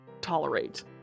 tolerate